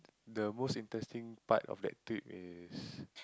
the most interesting part of that trip is